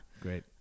Great